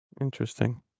interesting